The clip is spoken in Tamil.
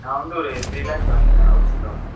நான் வந்து ஒரு த்ரீ லேக்ஸ் வாங்கியிருந்தேன் ஹௌசிங் லோனு